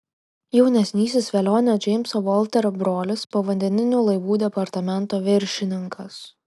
jaunesnysis velionio džeimso volterio brolis povandeninių laivų departamento viršininkas